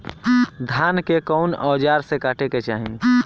धान के कउन औजार से काटे के चाही?